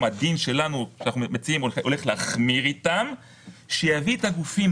בדיני המס מה שקובע זה החקיקה אבל אם יש בעיית פרשנות של החקיקה